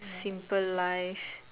simple life